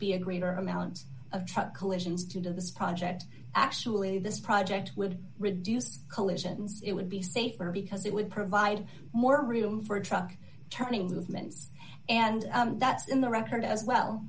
be a greater amounts of truck collisions to do this project actually this project would reduce collisions it would be safer because it would provide more room for a truck turning movements and that's in the record as well